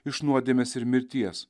iš nuodėmės ir mirties